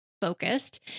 focused